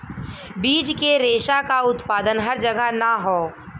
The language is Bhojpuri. बीज के रेशा क उत्पादन हर जगह ना हौ